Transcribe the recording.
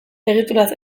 egituraz